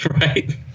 Right